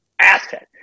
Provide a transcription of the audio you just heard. asset